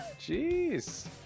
jeez